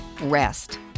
rest